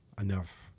enough